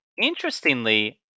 interestingly